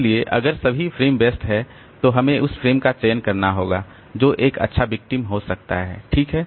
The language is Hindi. इसलिए अगर सभी फ्रेम व्यस्त है तो हमें एक फ्रेम का चयन करना होगा जो एक अच्छा विक्टिम हो सकता है ठीक है